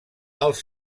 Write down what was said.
els